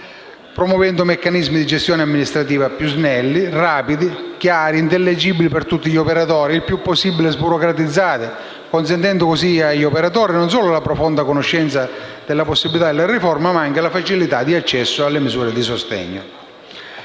promuovendo meccanismi di gestione amministrativa snelli, rapidi, chiari, intellegibili per tutti gli operatori, il più possibile sburocratizzati, consentendo così agli operatori non solo la profonda conoscenza delle possibilità della riforma, ma anche la facilità di accesso alle misure di sostegno;